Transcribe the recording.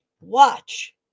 watch